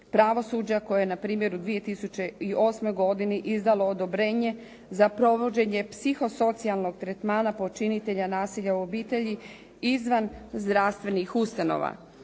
pravosuđa koje je na primjeru u 2008. godini izdalo odobrenje za provođenje psihosocijalnog tretmana počinitelja nasilja u obitelji izvan zdravstvenih ustanova.